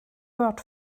word